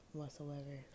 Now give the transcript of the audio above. whatsoever